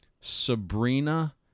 Sabrina